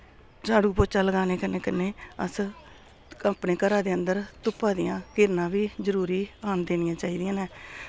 झाड़ू पोचा लगाने कन्नै कन्नै अस अपने घरा दे अंदर धुप्पा दियां किरणां बी जरूरी आन देनियां चाहिदियां न